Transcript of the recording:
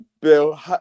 Bill